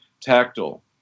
Tactile